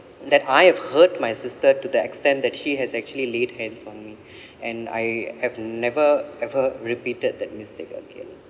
that I have hurt my sister to the extent that she has actually laid hands on me and I have never ever repeated that mistake again